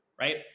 right